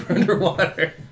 underwater